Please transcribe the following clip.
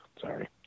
Sorry